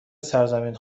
سرزمین